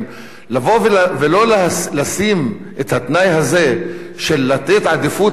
לבוא ולא לשים את התנאי הזה של לתת עדיפות למורים,